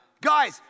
Guys